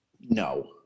No